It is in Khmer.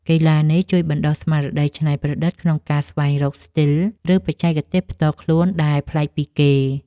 កីឡានេះជួយបណ្ដុះស្មារតីច្នៃប្រឌិតក្នុងការស្វែងរកស្ទីល ឬបច្ចេកទេសផ្ទាល់ខ្លួនដែលប្លែកពីគេ។